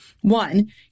one